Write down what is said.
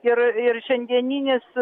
ir ir šiandieninis